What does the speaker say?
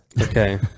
okay